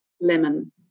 lemon